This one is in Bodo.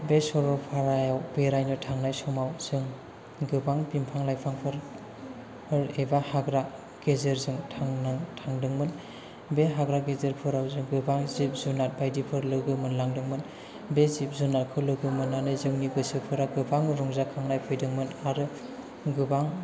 बे सरलफारायाव बेरायनो थांनाय समाव जों गोबां बिफां लाइफांफोर एबा हाग्रा गेजेरजों थांदोंमोन बे हाग्रा गेजेरफोराव गोबां जिब जुनार बायदिफोर लोगो मोनलांदोंमोन बे जिब जुनारफोरखौ लोगो मोननानै जोंंनि गोसोफोरा गोबां रंजाखांनोय फैदोंमोन आरो गोबां